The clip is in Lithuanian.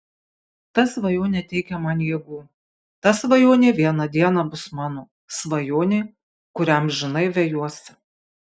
ta svajonė teikia man jėgų ta svajonė vieną dieną bus mano svajonė kurią amžinai vejuosi